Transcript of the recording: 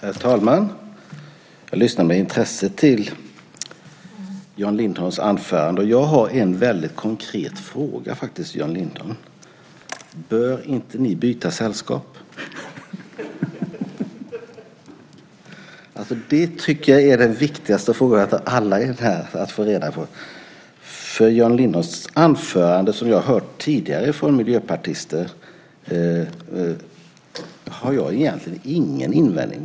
Herr talman! Jag lyssnade med intresse till Jan Lindholms anförande. Jag har en väldigt konkret fråga till Jan Lindholm. Bör inte ni byta sällskap? Det tycker jag är den viktigaste frågan av alla att få reda på. Jan Lindholms anförande har jag egentligen ingen invändning emot. Jag har hört det tidigare från miljöpartister.